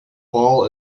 ball